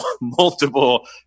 multiple